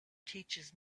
teaches